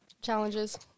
Challenges